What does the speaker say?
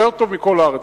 יותר טוב מבכל הארץ,